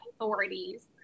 authorities